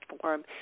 form